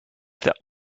that